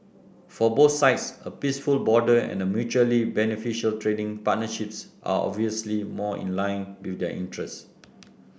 for both sides a peaceful border and a mutually beneficial trading partnerships are obviously more in line with their interests